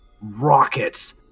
rockets